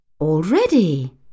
Already